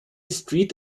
street